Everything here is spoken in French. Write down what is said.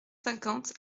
cinquante